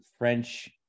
french